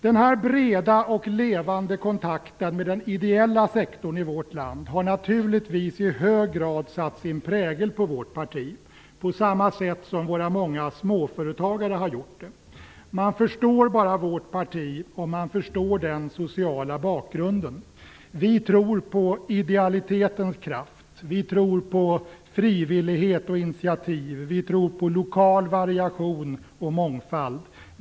Den här breda och levande kontakten med den ideella sektorn i vårt land har naturligtvis i hög grad satt sin prägel på vårt parti, på samma sätt som våra många småföretagare har gjort det. Man förstår vårt parti bara om man förstår den sociala bakgrunden. Vi tror på idealitetens kraft. Vi tror på frivillighet och initiativ. Vi tror på lokal variation och mångfald.